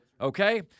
Okay